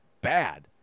bad